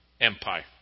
Empire